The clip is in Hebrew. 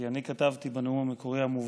כי אני כתבתי בנאום המקורי: המובהק,